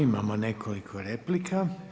Imamo nekoliko replika.